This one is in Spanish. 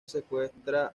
secuestra